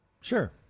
Sure